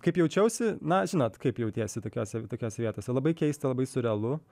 kaip jaučiausi na žinot kaip jautiesi tokiose tokiose vietose labai keista labai siurrealu